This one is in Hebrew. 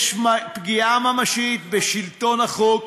יש פגיעה ממשית בשלטון החוק,